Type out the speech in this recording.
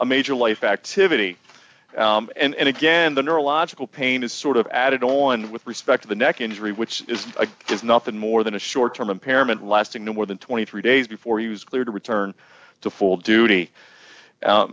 a major life activity and again the neurological pain is sort of added on with respect to the neck injury which is a is nothing more than a short term impairment lasting more than twenty three days before he was cleared to return to full duty